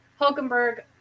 Hulkenberg